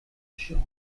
shown